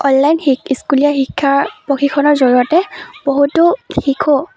online শি স্কুলীয়া শিক্ষা প্ৰশিক্ষণৰ জৰিয়তে বহুতো শিশু